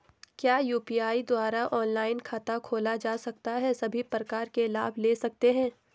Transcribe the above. क्या यु.पी.आई द्वारा ऑनलाइन खाता खोला जा सकता है सभी प्रकार के लाभ ले सकते हैं?